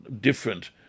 different